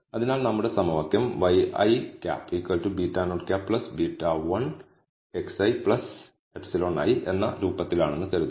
അതിനാൽ നമ്മുടെ സമവാക്യം ŷi β̂₀ β̂1xi εi എന്ന രൂപത്തിലാണെന്ന് കരുതുക